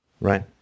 right